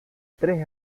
tres